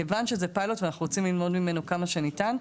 כיוון שזה פיילוט ואנחנו רוצים ללמוד ממנו כמה שניתן,